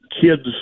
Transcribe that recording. kids